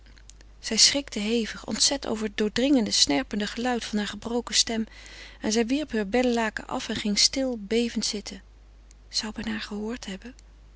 zij schrikte hevig ontzet over het doordringende snerpende geluid harer gebroken stem en zij wierp heur beddelaken af en ging stil bevend zitten zou men haar gehoord hebben